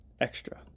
extra